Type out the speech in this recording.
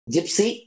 Gypsy